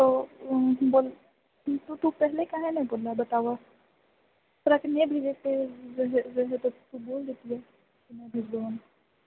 ओ ओ बोल तऽ तू पहिले काहे ने बोलल बताबऽ तोराके नहि भेजै कऽ रह रहौ तऽ तू बोल देतिहँ कि नहि भेजबौ हम